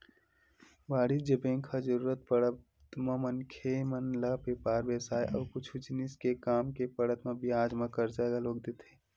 वाणिज्य बेंक ह जरुरत पड़त म मनखे मन ल बेपार बेवसाय अउ कुछु जिनिस के काम के पड़त म बियाज म करजा घलोक देथे